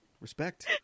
respect